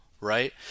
right